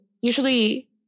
usually